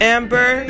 Amber